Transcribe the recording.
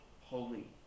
holy